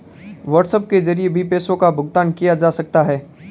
WhatsApp के जरिए भी पैसों का भुगतान किया जा सकता है